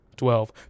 Twelve